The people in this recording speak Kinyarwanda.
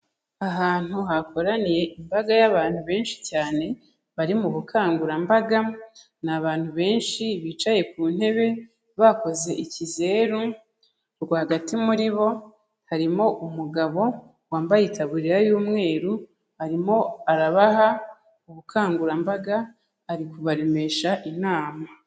Ahantu hakoraniye imbaga y'abantu benshi cyane bari mu bukangurambaga. Ni abantu benshi bicaye ku ntebe bakoze ikizeru, rwagati muri bo harimo umugabo wambaye itaburiya y'umweru, arimo arabaha ubukangurambaga, ari kubaremesha inama.